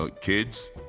Kids